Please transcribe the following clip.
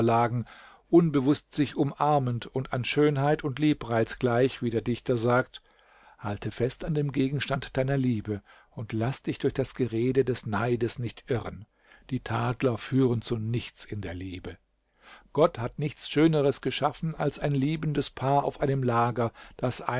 unbewußt sich umarmend und an schönheit und liebreiz gleich wie der dichter sagt halte fest an dem gegenstand deiner liebe und laß dich durch das gerede des neides nicht irren die tadler führen zu nichts in der liebe gott hat nichts schöneres geschaffen als ein liebendes paar auf einem lager das